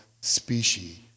species